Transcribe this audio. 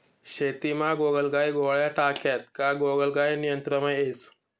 शेतीमा गोगलगाय गोळ्या टाक्यात का गोगलगाय नियंत्रणमा येस